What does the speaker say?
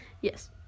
Yes